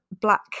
black